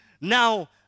Now